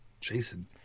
Jason